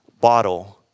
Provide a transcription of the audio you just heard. bottle